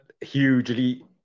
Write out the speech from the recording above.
hugely